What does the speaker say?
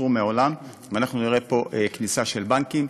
ואנחנו נראה פה כניסה של בנקים.